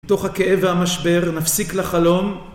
תוך הכאב והמשבר, נפסיק לחלום.